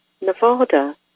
Nevada